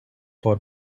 for